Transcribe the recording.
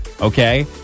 Okay